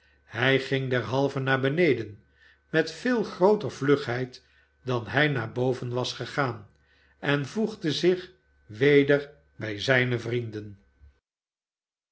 hij ging derhalve naar beneden met veel grooter vlugheid dan hij naar boven was gegaan en voegde zich weder bii zijne vrienden